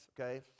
okay